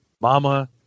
Mama